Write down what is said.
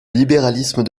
libéralisme